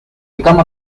become